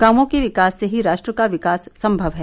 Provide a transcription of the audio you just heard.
गांवों के विकास से ही राष्ट्र का विकास सम्मव है